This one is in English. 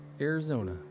Arizona